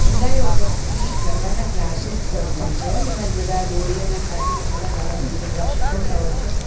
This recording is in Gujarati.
જુલાઇ ઓગસ્ટથી ગરબાના ક્લાસીસ શરૂ થઈ જાય એમાં જ બધા દોઢિયાના ક્લાસીસ અલગ અલગ રીતે બધા શીખવતા હોય છે